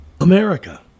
America